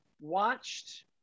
watched